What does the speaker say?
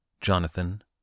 Jonathan